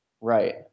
Right